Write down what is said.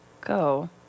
go